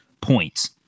points